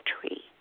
tree